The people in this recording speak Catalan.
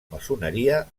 maçoneria